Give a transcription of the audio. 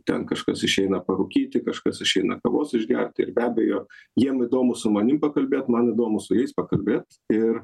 ten kažkas išeina parūkyti kažkas išeina kavos išgerti ir be abejo jiem įdomu su manim pakalbėt man įdomu su jais pakalbėt ir